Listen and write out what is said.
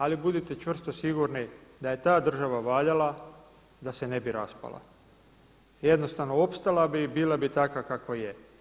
Ali budite čvrsto sigurni da je ta država valjala da se ne bi raspala, jednostavno opstala bi i bila bi takva kakva je.